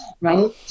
right